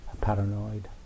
Paranoid